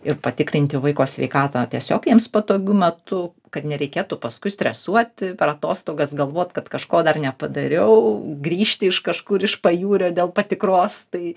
ir patikrinti vaiko sveikatą tiesiog jiems patogiu metu kad nereikėtų paskui stresuoti per atostogas galvot kad kažko dar nepadariau grįžti iš kažkur iš pajūrio dėl patikros tai